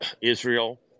israel